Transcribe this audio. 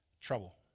Trouble